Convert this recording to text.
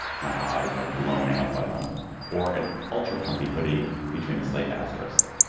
my eyes are blown out by them or an ultra comfy hoodie featuring the slate asterisk.